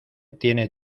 tiene